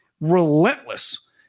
relentless